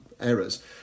errors